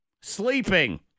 sleeping